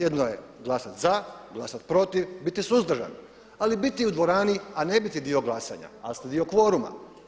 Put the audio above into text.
Jedno je glasat za, glasat protiv, biti suzdržan ali i biti u dvorani, a ne biti dio glasanja, ali ste dio kvoruma.